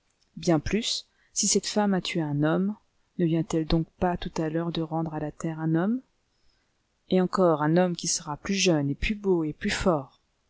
bien plus si cette femme a tué un homme ne vient-elle donc pas tout à l'heure de rendre à la terre un homme et encore un homme qui sera plus jeune et plus beau et plus fort